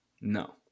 No